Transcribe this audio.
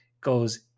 goes